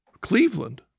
Cleveland